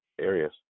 areas